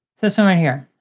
this one right here,